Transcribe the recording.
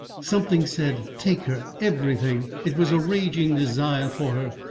something said take her everything. it was a raging desire for her.